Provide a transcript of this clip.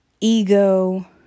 ego